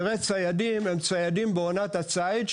ציידים הם ציידים בעונת הצייד,